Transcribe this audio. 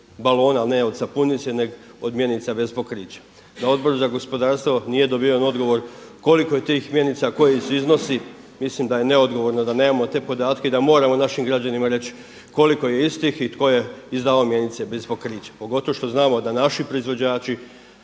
balona, ali ne od sapunice nego od mjenica bez pokrića. Da Odbor za gospodarstvo nije dobiven odgovor koliko je tih mjenica, koji su iznosi. Mislim da je neodgovorno da nemamo te podatke i da moramo našim građanima reći koliko je istih i tko je izdavao mjenice bez pokrića pogotovo što znamo da naši proizvođači